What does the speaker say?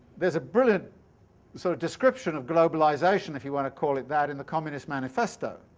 there's a brilliant sort of description of globalization, if you want to call it that, in the communist manifesto.